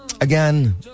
Again